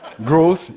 Growth